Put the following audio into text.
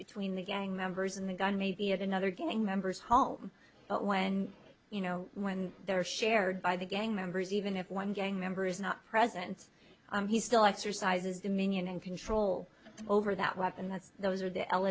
between the gang members and the gun may be yet another gang members home but when you know when there are shared by the gang members even if one gang member is not present he still exercises dominion and control over that weapon that's those are the